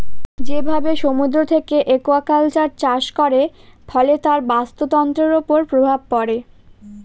যেভাবে সমুদ্র থেকে একুয়াকালচার চাষ করে, ফলে তার বাস্তুতন্ত্রের উপর প্রভাব পড়ে